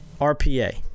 RPA